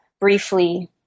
briefly